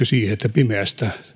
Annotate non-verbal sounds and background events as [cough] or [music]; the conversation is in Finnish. [unintelligible] siihen että pimeistä